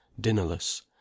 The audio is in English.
dinnerless